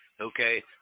okay